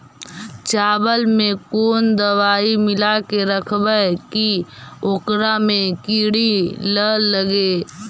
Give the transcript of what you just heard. चावल में कोन दबाइ मिला के रखबै कि ओकरा में किड़ी ल लगे?